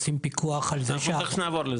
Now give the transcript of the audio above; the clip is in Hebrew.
עושים פיקוח על זה ש- -- תיכף נגיע,